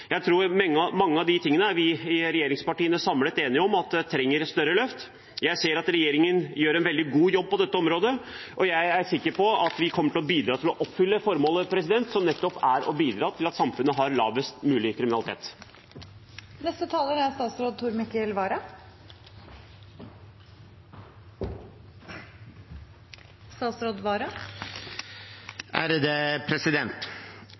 Jeg tror at mye av dette er vi i regjeringspartiene enige om trenger et større løft. Jeg ser at regjeringen gjør en veldig god jobb på dette området, og jeg er sikker på at vi kommer til å oppfylle formålet, som nettopp er å bidra til at samfunnet har lavest mulig kriminalitet. Trygghet i hverdagen for den enkelte er